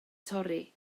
torri